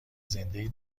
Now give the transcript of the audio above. زنده